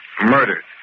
Murdered